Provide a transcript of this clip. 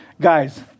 Guys